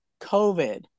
COVID